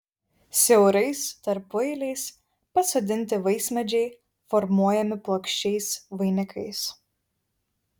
siaurais tarpueiliais pasodinti vaismedžiai formuojami plokščiais vainikais